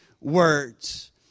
words